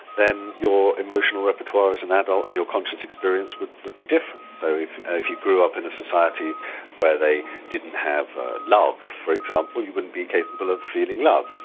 then your emotional repertoire as an adult and your conscious experience would would be different. though ah if you grew up in a society where they didn't have ah love, for example, you wouldn't be capable of feeling love.